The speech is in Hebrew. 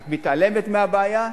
את מתעלמת מהבעיה,